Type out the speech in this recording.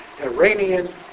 Iranian